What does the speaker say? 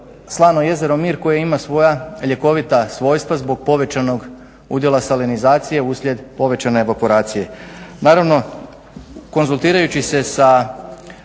Slano jezero Mir koje ima svoja ljekovita svojstva zbog povećanog udjela salinizacije uslijed povećane evaporacije. Naravno konzultirajući se sa